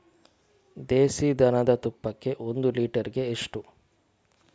ದೇಸಿ ದನದ ತುಪ್ಪಕ್ಕೆ ಒಂದು ಲೀಟರ್ಗೆ ಎಷ್ಟು?